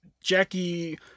Jackie